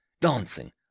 dancing